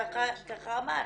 ככה אמרת.